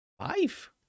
five